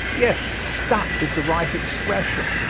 yes, stuck is the right expression,